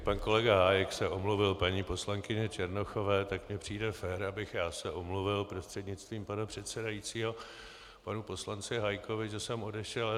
Pan kolega Hájek se omluvil paní poslankyni Černochové, tak mi přijde fér, abych já se omluvil prostřednictvím pana předsedajícího panu poslanci Hájkovi, že jsem odešel.